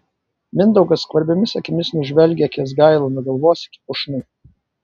mindaugas skvarbiomis akimis nužvelgia kęsgailą nuo galvos iki pušnų